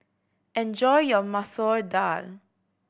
enjoy your Masoor Dal